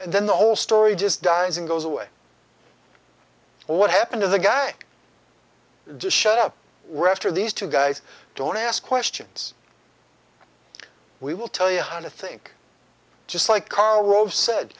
and then the whole story just dies and goes away what happened to the guy just shut up wrester these two guys don't ask questions we will tell you and i think just like karl rove said